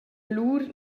lur